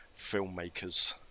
filmmakers